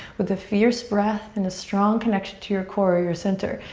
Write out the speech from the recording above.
with a fierce breath and a strong connection to your core, ah your center.